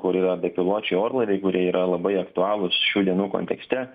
kur yra bepiločiai orlaiviai kurie yra labai aktualūs šių dienų kontekste